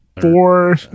four